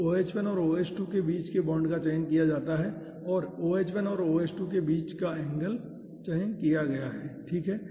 तो OH1 और OH2 के बीच बांड का चयन किया जाता है और OH1 और OH2 के बीच एंगल का चयन किया गया है ठीक है